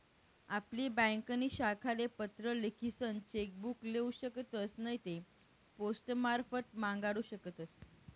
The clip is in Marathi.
आपली ब्यांकनी शाखाले पत्र लिखीसन चेक बुक लेऊ शकतस नैते पोस्टमारफत मांगाडू शकतस